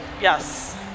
Yes